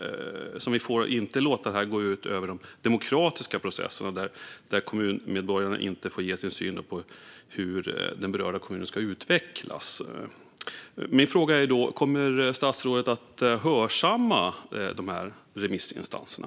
Vi får inte låta det gå ut över de demokratiska processerna där kommuninvånarna inte får ge sin syn på hur den berörda kommunen ska utvecklas. Min fråga är: Kommer statsrådet att hörsamma remissinstanserna?